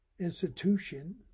institution